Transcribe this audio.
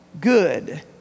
good